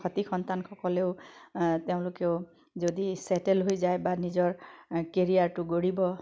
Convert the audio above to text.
সতি সন্তানসকলেও তেওঁলোকেও যদি চেটেল হৈ যায় বা নিজৰ কেৰিয়াৰটো গঢ়িব